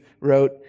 wrote